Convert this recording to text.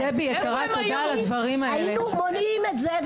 היו מונעים את זה,